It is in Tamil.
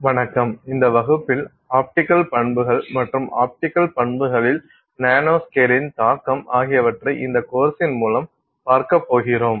வணக்கம் இந்த வகுப்பில் ஆப்டிக்கல் பண்புகள் மற்றும் ஆப்டிக்கல் பண்புகளில் நானோ ஸ்கேலின் தாக்கம் ஆகியவற்றைப் இந்த கோர்சின் மூலம் பார்க்கப் போகிறோம்